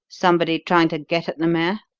somebody trying to get at the mare?